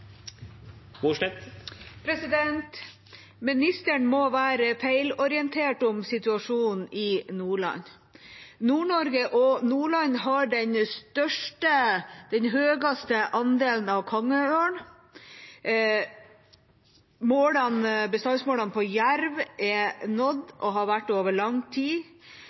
om situasjonen i Nordland. Nord-Norge og Nordland har den høyeste andelen av kongeørn. Bestandsmålene for jerv er nådd og